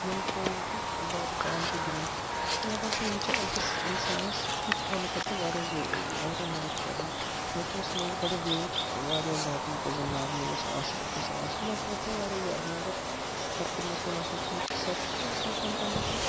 یِم کیٛاہ اوس بہٕ ورِ پانہٕ تہِ گنٛدان تہٕ مےٚ باسان یِم چھِ اَکِس اِنسانس فٹ تھاونہٕ خٲطرٕ وارِیاہ ضُ وارِیاہ مدتھ کَران مےٚ تہِ اوس مےٚ اوس گۄڈٕ ویٹ وارِیاہ زیادٕ یوٗتاہ زن نارمل اوس آسان گُسہِ آسُن تَمہِ کھۄت اوس مےٚ وارِیاہ زیادٕ مگر پتہٕ کٔر مےٚ کٲم اَسہِ اوس پی ٹی سر تہٕ تٔمۍ کٔر کٲم تٔمۍ دوٚپ مےٚ